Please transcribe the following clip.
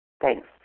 Thanks